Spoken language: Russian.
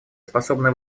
способны